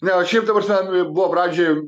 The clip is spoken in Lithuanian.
ne o šiaip ta prasme buvo pradžioj